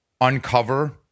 uncover